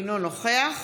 אינו נוכח